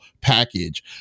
package